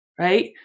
right